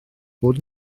fod